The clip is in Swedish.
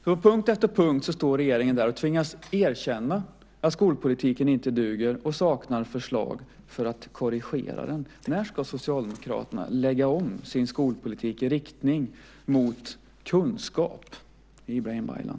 På punkt efter punkt står regeringen där och tvingas erkänna att skolpolitiken inte duger och att man saknar förslag för att korrigera den. När ska Socialdemokraterna lägga om sin skolpolitik i riktning mot kunskap, Ibrahim Baylan?